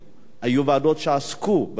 היו ועדות שעסקו בנושא הדיור.